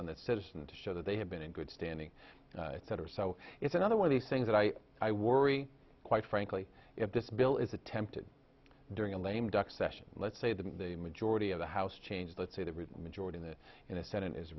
the citizen to show that they have been in good standing that are so it's another one of these things that i i worry quite frankly if this bill is attempted during a lame duck session let's say that the majority of the house changed let's say that majority in the in the senate